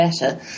better